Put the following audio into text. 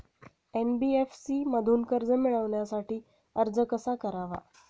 NBFC मधून कर्ज मिळवण्यासाठी अर्ज कसा करावा?